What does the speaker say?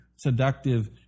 Seductive